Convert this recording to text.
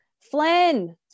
Flynn